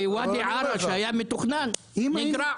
ואדי ערה שהיה מתוכנן נגרע.